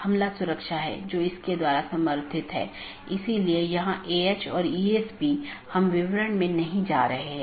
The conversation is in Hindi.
AS नंबर जो नेटवर्क के माध्यम से मार्ग का वर्णन करता है एक BGP पड़ोसी अपने साथियों को पाथ के बारे में बताता है